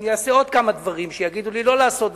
אני אעשה עוד כמה דברים שיגידו לי לא לעשות,